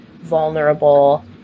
vulnerable